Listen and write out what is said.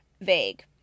vague